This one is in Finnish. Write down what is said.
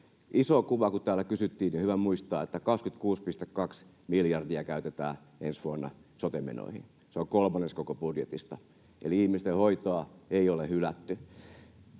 Isosta kuvasta, kun sitä täällä kysyttiin, on hyvä muistaa, että 26,2 miljardia käytetään ensi vuonna sote-menoihin. Se on kolmannes koko budjetista, eli ihmisten hoitoa ei ole hylätty.